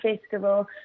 festival